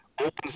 opens